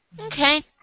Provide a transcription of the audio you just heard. Okay